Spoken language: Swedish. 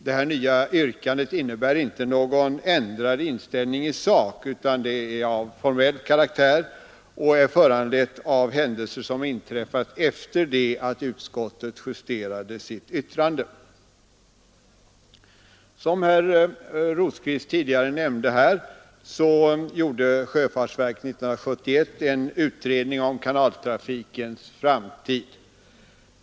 Detta nya yrkande innebär inte någon ändrad inställning i sak, utan det är av formell karaktär och föranlett av händelser som inträffat efter det att utskottet justerat sitt yttrande. Som herr Rosqvist tidigare nämnde gjorde sjöfartsverket 1971 en utredning om kanaltrafikens framtid.